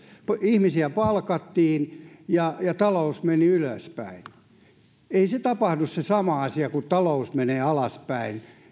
ihmisiä palkattiin ja ja talous meni ylöspäin ei se sama asia tapahdu kun talous menee alaspäin